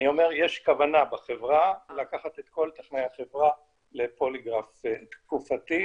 יש כוונה בחברה לקחת את כל טכנאי החברה לפוליגרף תקופתי.